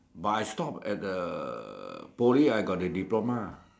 but I stop at the Poly I got the diploma